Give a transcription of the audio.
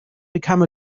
become